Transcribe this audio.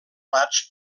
plats